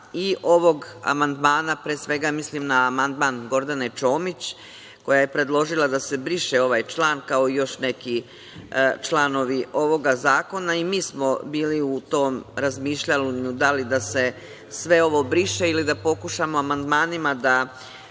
i ovog amandmana, pre svega, mislim na amandman Gordane Čomić, koja je predložila da se briše ovaj član, kao i još neki članovi ovoga zakona. I mi smo bili u tom razmišljanju da li da se sve ovo briše ili da pokušamo amandmanima da